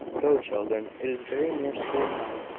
go, children, it is very near school-time.